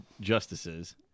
justices